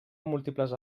múltiples